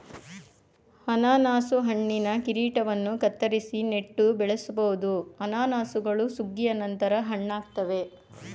ಅನನಾಸು ಹಣ್ಣಿನ ಕಿರೀಟವನ್ನು ಕತ್ತರಿಸಿ ನೆಟ್ಟು ಬೆಳೆಸ್ಬೋದು ಅನಾನಸುಗಳು ಸುಗ್ಗಿಯ ನಂತರ ಹಣ್ಣಾಗ್ತವೆ